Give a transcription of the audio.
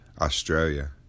Australia